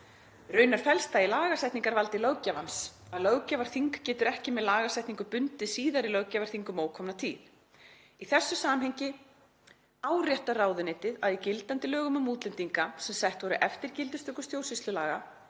Raunar felst það í lagasetningarvaldi löggjafans að löggjafarþing getur ekki með lagasetningu bundið síðari löggjafarþing um ókomna tíð. Í þessu samhengi áréttar ráðuneytið að í gildandi lögum um útlendinga, sem sett voru eftir gildistöku stjórnsýslulaga,